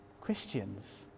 Christians